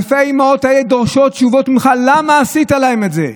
אלפי האימהות האלה דורשות תשובות ממך: למה עשית להן את זה?